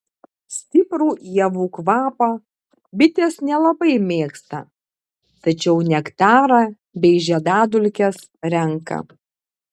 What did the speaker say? stiprų ievų kvapą bitės nelabai mėgsta tačiau nektarą bei žiedadulkes renka